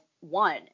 one